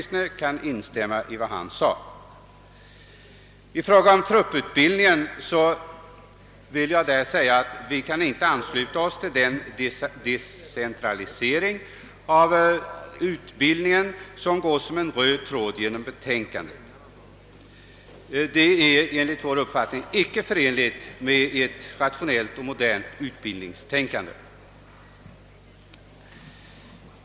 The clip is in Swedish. Det har tidigare berörts av herr Werbro, och i vissa stycken kan jag instämma med honom. Vi kan dock inte ansluta oss till den decentralisering av trupputbildningen som går som en röd tråd genom betän kandet. Den är enligt vår mening icke förenlig med ett rationellt och modernt utbildningstänkande.